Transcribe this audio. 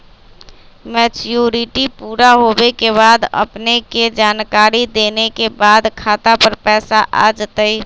Maturity पुरा होवे के बाद अपने के जानकारी देने के बाद खाता पर पैसा आ जतई?